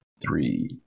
three